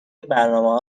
برنامهها